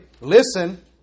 listen